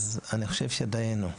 אז אני חושב שדיינו.